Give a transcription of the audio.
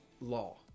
law